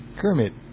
Kermit